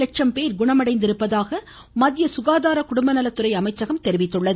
லட்சம் பேர் நாட்டில் குணமடைந்திருப்பதாக மத்திய சுகாதார குடும்பநலத்துறை அமைச்சகம் தெரிவித்துள்ளது